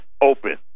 Open